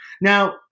Now